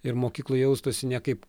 ir mokykloj jaustųsi ne kaip